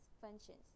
functions